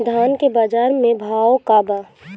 धान के बजार में भाव का बा